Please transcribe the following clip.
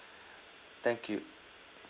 thank you